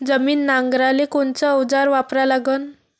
जमीन नांगराले कोनचं अवजार वापरा लागन?